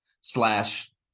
slash